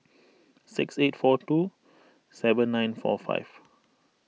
six eight four two seven nine four five